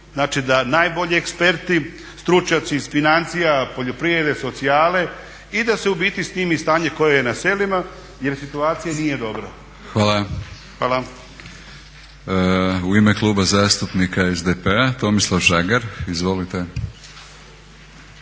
Znači da najbolji eksperti, stručnjaci iz financija, poljoprivrede, socijale i da se u biti snimi stanje koje je na selima jer situacija nije dobra. **Batinić, Milorad (HNS)** Hvala. U ime Kluba zastupnika SDP-a Tomislav Žagar. Izvolite.